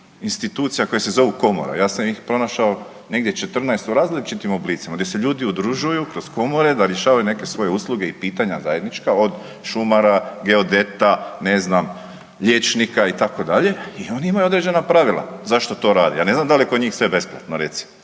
institucija koje se zovu Komora, ja sam ih pronašao negdje 14 u različitim oblicima, gdje se ljudi udružuju kroz komore da rješavaju neke svoje usluge i pitanja zajednička, od šumarak, geodeta, ne znam, liječnika, itd. i oni imaju određena pravila zašto to rade, ja ne znam da li je kod njih sve besplatno recimo.